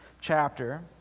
chapter